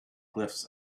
glyphs